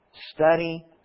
Study